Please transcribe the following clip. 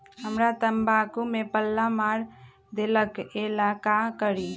हमरा तंबाकू में पल्ला मार देलक ये ला का करी?